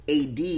AD